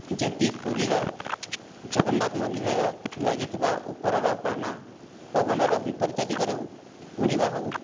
ଯେମିତି ପୁରୀର ଜଗନ୍ନାଥ ମନ୍ଦିରର ଲାଗିଥିବା ଉପରର ବାନା ପବନର ବିପରୀତ ଦିଗରେ ଉଡ଼ିବା ହେଉ